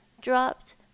dropped